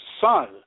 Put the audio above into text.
son